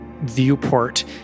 viewport